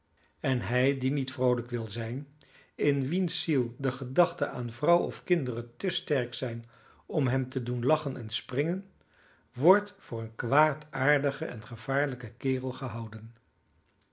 en hij die niet vroolijk wil zijn in wiens ziel de gedachten aan vrouw of kinderen te sterk zijn om hem te doen lachen en springen wordt voor een kwaardaardigen en gevaarlijken kerel gehouden